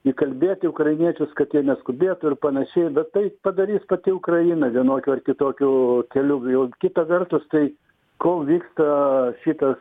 įkalbėti ukrainiečius kad jie neskubėtų ir panašiai bet tai padarys pati ukraina vienokiu ar kitokiu keliu kita vertus tai kol vyksta šitas